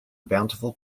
bountiful